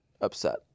upset